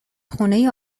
خونه